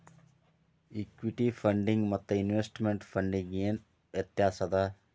Equity ಫಂಡಿಗೆ ಮತ್ತ investment ಫಂಡಿಗೆ ಏನ್ ವ್ಯತ್ಯಾಸದ?